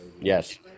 Yes